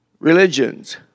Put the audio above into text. Religions